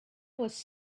was